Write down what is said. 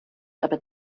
aber